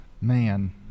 Man